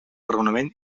raonament